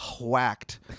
whacked